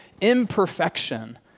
imperfection